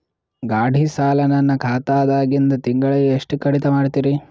ಗಾಢಿ ಸಾಲ ನನ್ನ ಖಾತಾದಾಗಿಂದ ತಿಂಗಳಿಗೆ ಎಷ್ಟು ಕಡಿತ ಮಾಡ್ತಿರಿ?